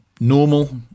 normal